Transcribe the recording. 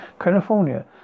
California